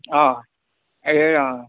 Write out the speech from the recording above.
अँ ए